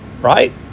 Right